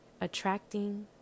attracting